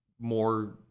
more